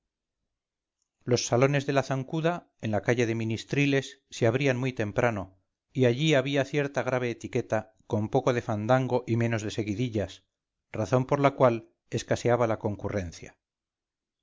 los salones de la zancuda en la calle de ministriles se abrían muy temprano y allí había cierta grave etiqueta con poco de fandango y menos de seguidillas razón por la cual escaseaba la concurrencia